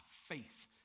faith